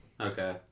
Okay